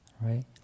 right